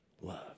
love